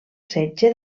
setge